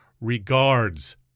regards